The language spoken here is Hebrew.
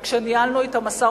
סליחה.